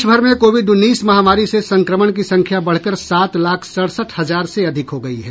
देश भर में कोविड उन्नीस महामारी से संक्रमण की संख्या बढ़कर सात लाख सड़सठ हजार से अधिक हो गयी है